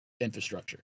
infrastructure